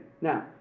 Now